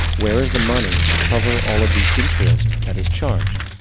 where is the money to cover all of the interest that is charged?